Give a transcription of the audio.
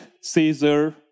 Caesar